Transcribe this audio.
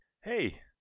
hey